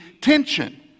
tension